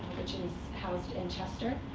which is housed in chester.